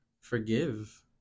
Forgive